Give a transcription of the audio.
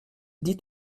dit